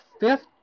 fifth